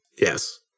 Yes